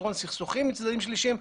פתרון סכסוכים עם צדדים שלישיים.